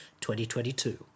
2022